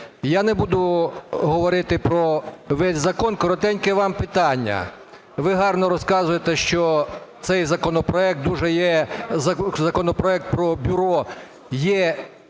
Я не буду говорити про весь закон, коротеньке вам питання. Ви гарно розказуєте, що цей законопроект дуже є…